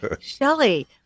Shelly